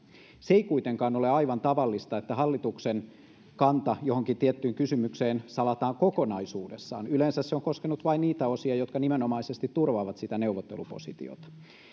se ei kuitenkaan ole aivan tavallista että hallituksen kanta johonkin tiettyyn kysymykseen salataan kokonaisuudessaan yleensä se on koskenut vain niitä osia jotka nimenomaisesti turvaavat sitä neuvottelupositiota